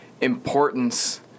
importance